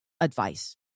advice